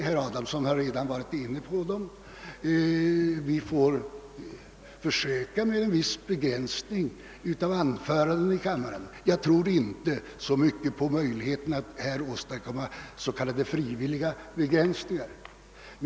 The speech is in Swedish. Herr Adamsson har redan varit inne på den frågan. Vi får försöka införa en viss begränsning av anförandena i kammaren. Jag tror inte så mycket på möjligheten att åstadkomma s.k. frivilliga begränsningar.